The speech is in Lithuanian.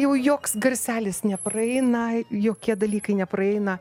jau joks garselis nepraeina jokie dalykai nepraeina